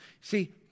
See